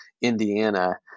Indiana